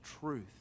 truth